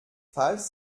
falls